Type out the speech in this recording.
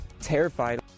Terrified